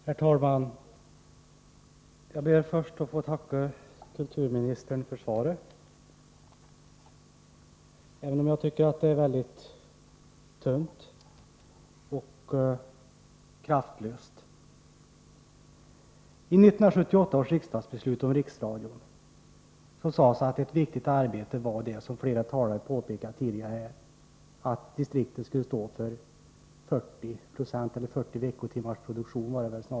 Herr talman! Jag ber först att få tacka kulturministern för svaret, även om jag tycker att det är väldigt tunt och kraftlöst. I 1978 års riksdagsbeslut om Riksradion sades att ett viktigt arbete var — såsom flera talare tidigare har påpekat — att satsa på distrikten, som skulle stå för 40 veckotimmars produktion.